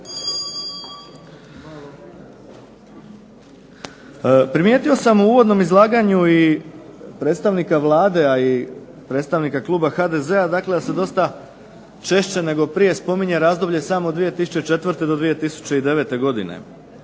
Primijetio sam u uvodnom izlaganju i predstavnika Vlade i predstavnika kluba HDZ-a da se češće nego prije spominje razdoblje samo od 2004. do 2009. godine.